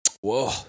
Whoa